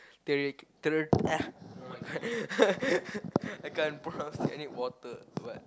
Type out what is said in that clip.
I can't pronounce I need water but